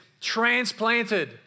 transplanted